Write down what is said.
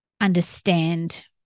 understand